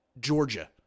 Georgia